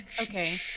Okay